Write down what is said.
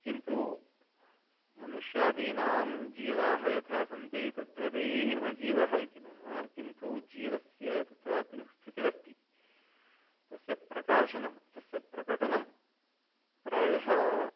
किन्तु मनुष्यादीनां जीवाः यथा सन्ति तद्वदेव जीवः इति न किन्तु जीवस्य तत्रापि स्थितिरस्ति तस्य प्रकाशनं तस्य प्रकटनं प्रायः